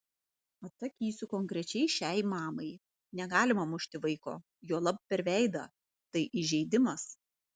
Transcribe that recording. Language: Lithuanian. atsakysiu konkrečiai šiai mamai negalima mušti vaiko juolab per veidą tai įžeidimas